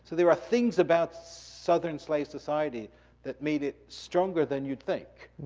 so there are things about southern slave society that made it stronger than you'd think,